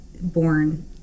born